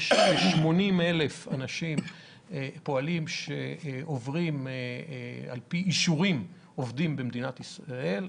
יש כ-80,000 פועלים שעובדים בישראל לפי אישורים ויש אינטרס ישראלי,